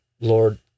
Lord